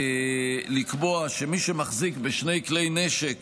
שתכליתה לקבוע שמי שמחזיק בשני כלי נשק